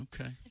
Okay